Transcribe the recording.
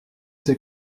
ces